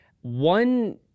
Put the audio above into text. One